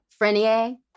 Frenier